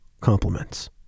compliments